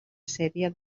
sèrie